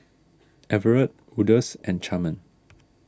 Everet Odus and Carmen